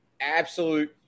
absolute